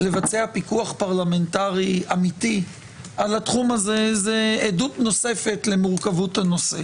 לבצע פיקוח פרלמנטרי אמיתי על התחום הזה זה עדות נוספת למורכבות הנושא,